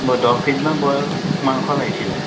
দহ কেজিমান ব্ৰইলাৰ মাংস লাগিছিলে